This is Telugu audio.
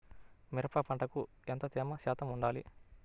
మిరప పంటకు ఎంత తేమ శాతం వుండాలి?